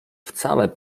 wcale